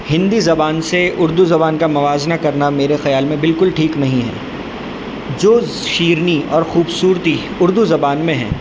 ہندی زبان سے اردو زبان کا موازنہ کرنا میرے خیال میں بالکل ٹھیک نہیں ہے جوس شیرینی اور خوبصورتی اردو زبان میں ہے